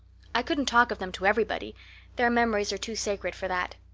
i couldn't talk of them to everybody their memories are too sacred for that.